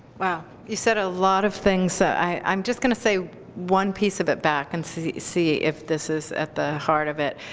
wow. you said a lot of things. i'm just going to say one piece of it back and see see if this is at the heart of it.